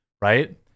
Right